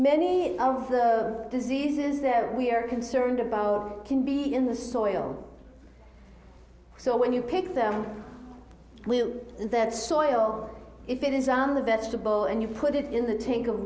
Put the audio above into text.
many of the diseases that we're concerned about can be in the soil so when you pick them that soil if it is on the vegetable and you put it in the tank of